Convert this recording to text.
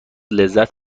لذت